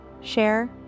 share